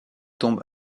tombe